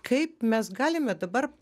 kaip mes galime dabar